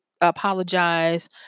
apologize